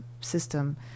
system